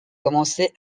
commencer